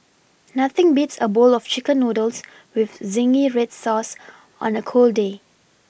nothing beats a bowl of chicken noodles with zingy red sauce on a cold day